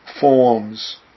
Forms